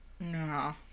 No